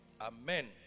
Amen